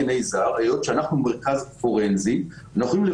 שמירה דגימה פורנזית של